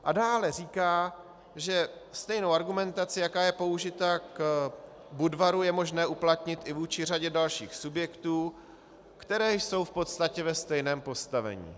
A dále říká, že stejnou argumentaci, jaká je použita k Budvaru, je možné uplatnit i vůči řadě dalších subjektů, které jsou v podstatě ve stejném postavení.